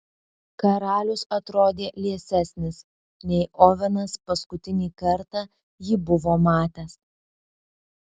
karalius atrodė liesesnis nei ovenas paskutinį kartą jį buvo matęs